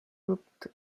looked